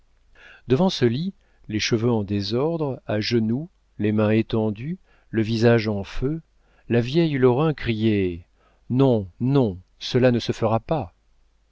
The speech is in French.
devant ce lit les cheveux en désordre à genoux les mains étendues le visage en feu la vieille lorraine criait non non cela ne se fera pas